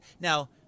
Now